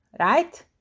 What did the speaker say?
right